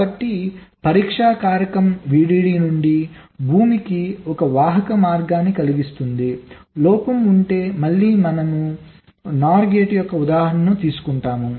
కాబట్టి పరీక్ష కారకం VDD నుండి భూమికి ఒక వాహక మార్గాన్ని కలిగిస్తుంది లోపం ఉంటే మనం మళ్ళీ NOR గేట్ యొక్క ఉదాహరణను తీసుకుంటాము